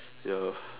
ya